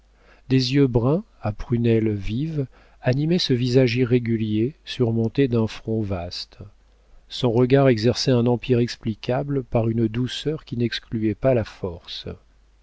des yeux bruns à prunelle vive animaient ce visage irrégulier surmonté d'un front vaste son regard exerçait un empire explicable par une douceur qui n'excluait pas la force